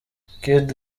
kid